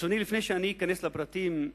לפני שאכנס לפרטים,